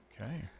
Okay